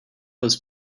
was